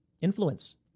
influence